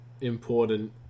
important